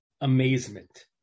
Amazement